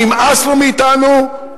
נמאס לו מאתנו.